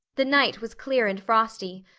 the night was clear and frosty,